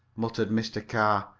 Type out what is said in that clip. muttered mr. carr.